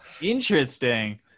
interesting